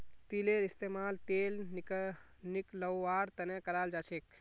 तिलेर इस्तेमाल तेल निकलौव्वार तने कराल जाछेक